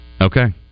Okay